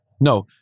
No